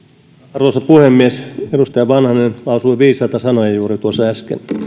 arvoisa puhemies edustaja vanhanen lausui viisaita sanoja juuri äsken